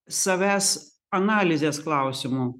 savęs analizės klausimu